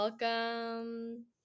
welcome